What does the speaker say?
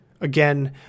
Again